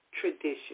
tradition